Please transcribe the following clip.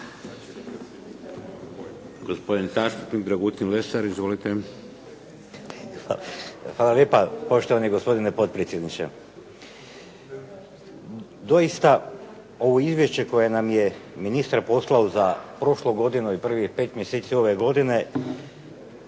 Hvala lijepa poštovani gospodine potpredsjedniče. Doista ovo izvješće koje nam je ministar posalo za prošlu godinu i prvih pet mjeseci ove godine